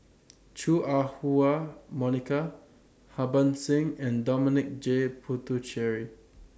Chua Ah Huwa Monica Harbans Singh and Dominic J Puthucheary